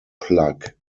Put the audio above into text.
plug